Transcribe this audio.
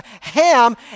Ham